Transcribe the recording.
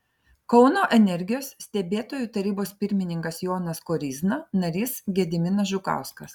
kauno energijos stebėtojų tarybos pirmininkas jonas koryzna narys gediminas žukauskas